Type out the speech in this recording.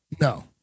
No